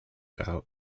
out